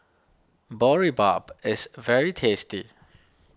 Boribap is very tasty